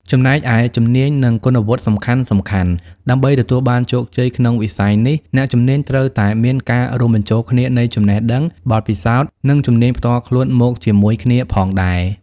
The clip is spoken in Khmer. ចំណែកឯ ជំនាញ និងគុណវុឌ្ឍិសំខាន់ៗ ដើម្បីទទួលបានជោគជ័យក្នុងវិស័យនេះ អ្នកជំនាញត្រូវតែមានការរួមបញ្ចូលគ្នានៃចំណេះដឹង បទពិសោធន៍ និងជំនាញផ្ទាល់ខ្លួនមកជាមួយគ្នាផងដែរ។